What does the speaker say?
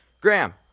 Graham